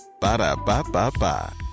ba-da-ba-ba-ba